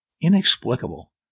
inexplicable